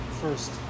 first